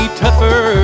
tougher